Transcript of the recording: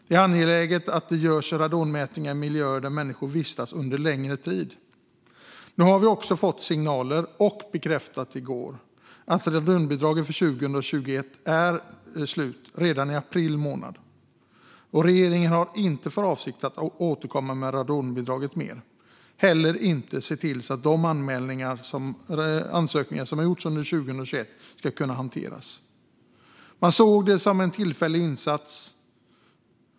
Det är angeläget att radonmätningar görs i miljöer där människor vistas under längre tid. Nu har vi dock fått signalen, vilket också bekräftades i går, att radonbidraget för 2021 tog slut redan i april, och regeringen har inte för avsikt att återkomma med radonbidraget. Man tänker heller inte se till att de ansökningar som har gjorts under 2021 kan hanteras. Man såg det som en tillfällig insats.